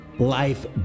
life